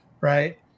right